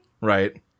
Right